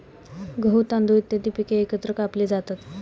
गहू, तांदूळ इत्यादी पिके एकत्र कापली जातात